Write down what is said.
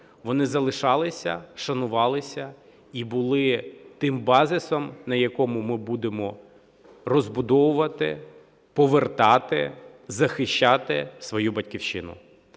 вони залишалися, шанувалися і були тим базисом, на якому ми будемо розбудовувати, повертати, захищати свою Батьківщину.